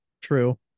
true